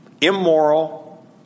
immoral